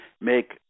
make